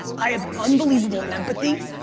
i have unbelievable empathy,